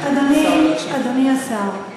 אדוני השר,